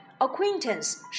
acquaintance